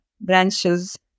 branches